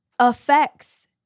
affects